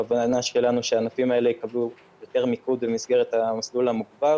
הכוונה שלנו היא שהענפים האלה יקבלו יותר מיקוד במסגרת המסלול המוגבר.